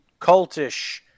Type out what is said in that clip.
cultish